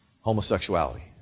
homosexuality